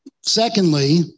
Secondly